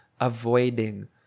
avoiding